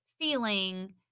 feeling